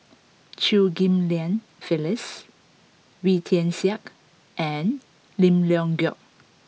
Chew Ghim Lian Phyllis Wee Tian Siak and Lim Leong Geok